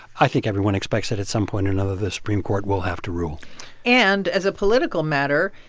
i think everyone expects that, at some point or another, the supreme court will have to rule and as a political matter,